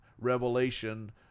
revelation